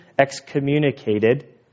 excommunicated